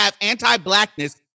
anti-blackness